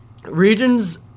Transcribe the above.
Regions